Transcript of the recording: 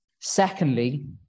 Secondly